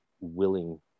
willing